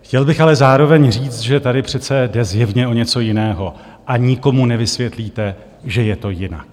Chtěl bych ale zároveň říct, že tady přece jde zjevně o něco jiného a nikomu nevysvětlíte, že je to jinak.